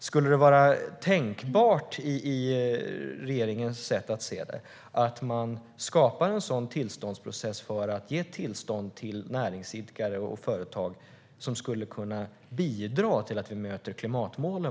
Skulle det enligt regeringens sätt att se det vara tänkbart att skapa en tillståndsprocess för att ge detta tillstånd till näringsidkare och företag? Det skulle kunna bidra till att vi möter klimatmålen.